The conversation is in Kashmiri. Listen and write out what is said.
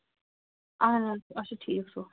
اَہَن حظ اچھا ٹھیٖک چھُ